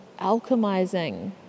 alchemizing